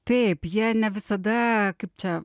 taip jie ne visada kaip čia